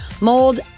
mold